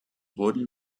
wurden